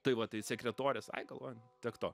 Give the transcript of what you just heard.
tai va tai sekretorės ai galvoja tiek to